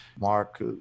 Mark